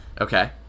Okay